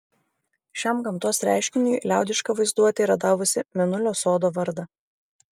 šiam gamtos reiškiniui liaudiška vaizduotė yra davusi mėnulio sodo vardą